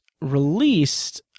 released